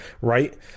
right